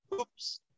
oops